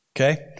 Okay